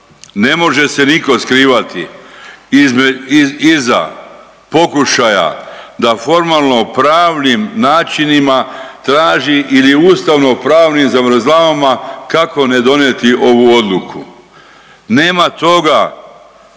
Ne može se nitko skrivati iza pokušaja da formalnopravnim načinima traži ili ustavnopravnim zavrzlamama kako ne donijeti ovu odluku. Nema toga